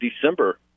December